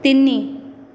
ତିନି